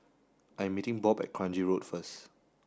I'm meeting Bob at Kranji Road first